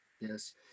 Yes